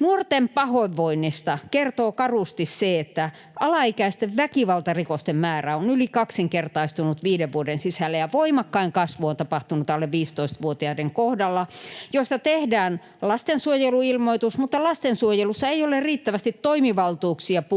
Nuorten pahoinvoinnista kertoo karusti se, että alaikäisten väkivaltarikosten määrä on yli kaksinkertaistunut viiden vuoden sisällä, ja voimakkain kasvu on tapahtunut alle 15-vuotiaiden kohdalla, joista tehdään lastensuojeluilmoitus, mutta lastensuojelussa ei ole riittävästi toimivaltuuksia puuttua